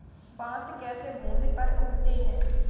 बांस कैसे भूमि पर उगते हैं?